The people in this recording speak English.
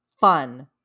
fun